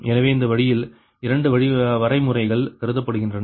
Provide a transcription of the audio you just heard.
எனவே அந்த வழியில் 2 வரைமுறைகள் கருதப்படுகின்றன